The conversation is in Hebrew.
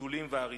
טלטולים ואריזות.